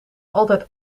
altijd